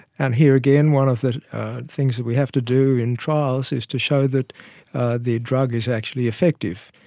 and here again, one of the things that we have to do in trials is to show that the drug is actually effective.